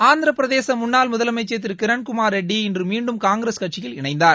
ஆந்திர பிரதேசம் முன்னாள் முதலமைச்சர் திரு கிரண்குமார் ரெட்டி இன்று மீண்டும் காங்கிரஸ் கட்சியில் இணைந்தார்